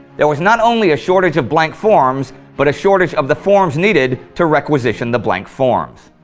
there was not only a shortage of blank forms, but a shortage of the forms needed to requisition the blank forms.